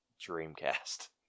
Dreamcast